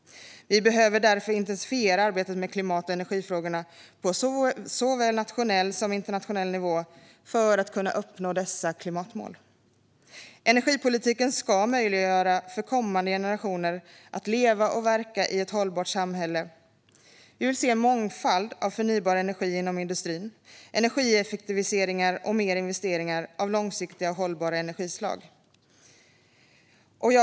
Vi behöver därför intensifiera arbetet med klimat och energifrågorna på såväl nationell som internationell nivå för att kunna nå dessa klimatmål. Energipolitiken ska möjliggöra för kommande generationer att leva och verka i ett hållbart samhälle. Vi vill se en mångfald av förnybar energi inom industrin, energieffektiviseringar och mer investeringar i långsiktiga och hållbara energislag.